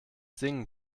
singen